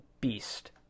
beast